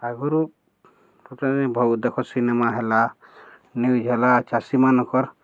ଆଗରୁ ବହୁତ ଦେଖ ସିନେମା ହେଲା ନ୍ୟୁଜ୍ ହେଲା ଚାଷୀମାନଙ୍କର